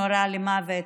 שנורה למוות,